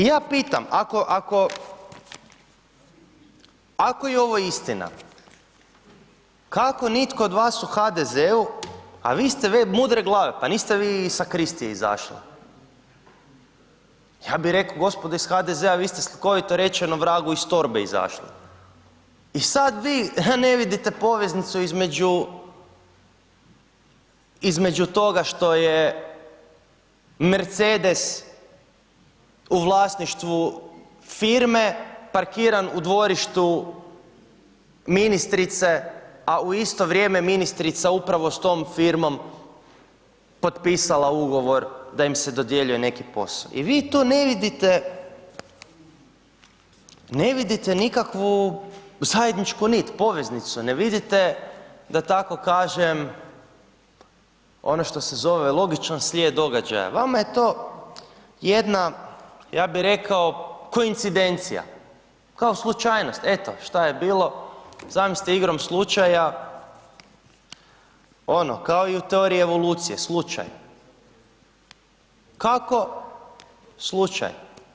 Ja pitam, ako, ako, ako je ovo istina, kako nitko od vas u HDZ-u, a vi ste mudre glave, pa niste vi iz Sakristije izašli, ja bi rekao gospodo iz HDZ-a vi ste slikovito rečeno, vragu iz torbe izašli i sad vi ne vidite poveznicu između, između toga što je Mercedes u vlasništvu firme parkiran u dvorištu ministrice, a u isto vrijeme ministrica upravo s tom firmom potpisala ugovor da im se dodjeljuje neki posao i vi to ne vidite, ne vidite nikakvu zajedničku nit, poveznicu, ne vidite, da tako kažem, ono što se zove logičan slijed događaja, vama je to jedna, ja bi rekao, koincidencija, kao slučajnost, eto, šta je bilo, zamislite igrom slučaja, ono kao i u teoriji evoluciji, slučajno, kako, slučajno.